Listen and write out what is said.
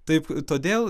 taip todėl